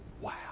Wow